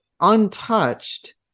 untouched